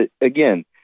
again